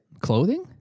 Clothing